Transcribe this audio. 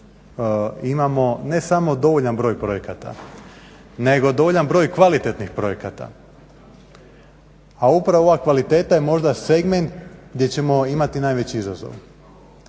imamo ne samo dovoljan broj projekata nego dovoljan broj kvalitetnih projekata, a upravo ova kvaliteta je možda segment gdje ćemo imati najveći izazov.